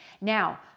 Now